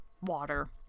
water